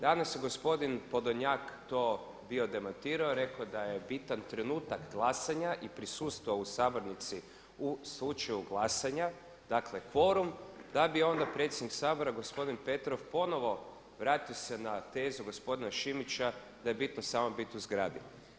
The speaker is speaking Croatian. Danas je gospodin Podolnjak to bio demantirao i rekao da je bitan trenutak glasanja i prisustva u sabornici u slučaju glasanja, dakle kvorum, da bi onda predsjednik Sabora, gospodin Petrov, ponovno vratio se na tezu gospodina Šimića da je bitno samo biti u zgradi.